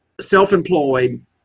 self-employed